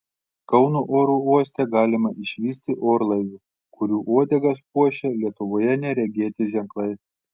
kauno oro uoste galima išvysti orlaivių kurių uodegas puošia lietuvoje neregėti ženklai